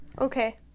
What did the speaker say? Okay